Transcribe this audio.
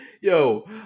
yo